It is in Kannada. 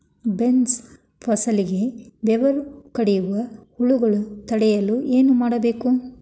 ಬೇನ್ಸ್ ಫಸಲಿಗೆ ಬೇರು ಕಡಿಯುವ ಹುಳು ತಡೆಯಲು ಏನು ಮಾಡಬೇಕು?